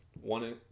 One